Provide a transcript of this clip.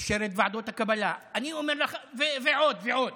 אישר את ועדות הקבלה ועוד ועוד,